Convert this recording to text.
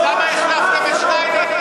אז למה החלפתם את שטייניץ?